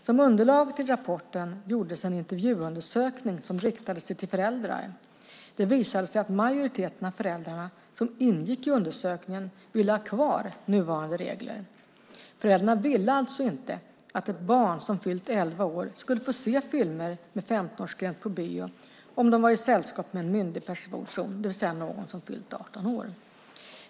Som underlag till rapporten gjordes en intervjuundersökning som riktade sig till föräldrar. Det visade sig att majoriteten av föräldrarna som ingick i undersökningen ville ha kvar nuvarande regler. Föräldrarna ville alltså inte att barn som fyllt 11 år skulle få se filmer med 15-årsgräns på bio om de var i sällskap med en myndig person, det vill säga någon som fyllt 18 år.